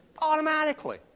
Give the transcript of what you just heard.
Automatically